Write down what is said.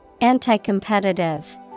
Anti-competitive